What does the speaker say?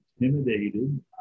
intimidated